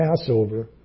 Passover